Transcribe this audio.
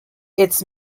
its